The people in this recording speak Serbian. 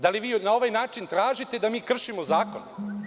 Da li vi na ovaj način tražite da mi kršimo zakon?